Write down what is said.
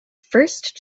first